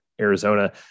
Arizona